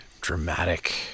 dramatic